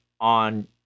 on